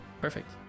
Perfect